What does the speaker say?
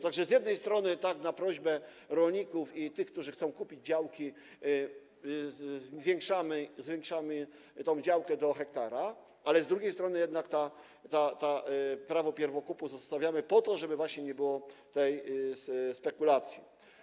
Tak że z jednej strony tak, na prośbę rolników i tych, którzy chcą kupić działki, zwiększamy tę działkę do 1 ha, ale z drugiej strony jednak to prawo pierwokupu zostawiamy po to, żeby właśnie nie było tej spekulacji.